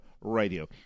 radio